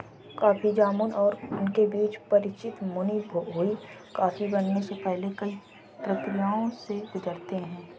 coffee जामुन और उनके बीज परिचित भुनी हुई कॉफी बनने से पहले कई प्रक्रियाओं से गुजरते हैं